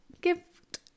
gift